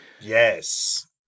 Yes